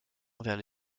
envers